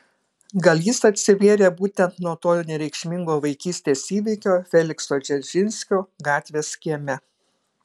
gal jis atsivėrė būtent nuo to nereikšmingo vaikystės įvykio felikso dzeržinskio gatvės kieme